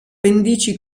pendici